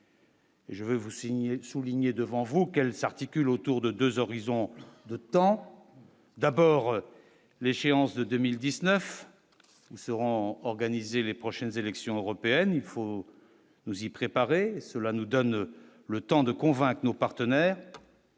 signez souligner devant vous, qu'elle s'articule autour de 2 horizons de temps : d'abord l'échéance de 2019 vous seront organisés les prochaines élections européennes, il faut nous y préparer, cela nous donne le temps de convaincre nos partenaires.